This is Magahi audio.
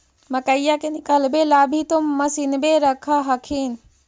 मकईया के निकलबे ला भी तो मसिनबे रख हखिन?